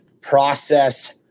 process